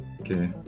okay